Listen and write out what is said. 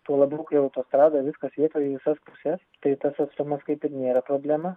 tuo labiau kai autostrada viskas vietoj į visas puses tai tas atstumas kaip ir nėra problema